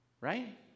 Right